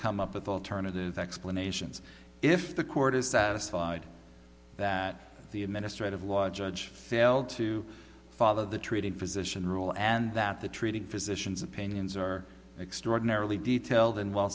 come up with alternative explanations if the court is satisfied that the administrative law judge failed to follow the treating physician rule and that the treating physicians opinions are extraordinarily detailed and well